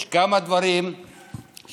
יש כמה דברים שחייבים